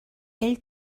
ell